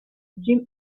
jim